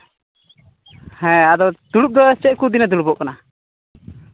ᱦᱮᱸ ᱫᱩᱲᱩᱵ ᱫᱚ ᱪᱮᱫ ᱠᱚ ᱫᱤᱱᱮ ᱫᱩᱲᱩᱵᱚᱜ ᱠᱟᱱᱟ